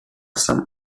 some